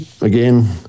again